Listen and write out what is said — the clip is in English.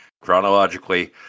chronologically